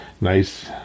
Nice